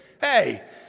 hey